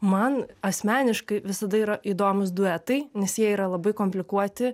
man asmeniškai visada yra įdomūs duetai nes jie yra labai komplikuoti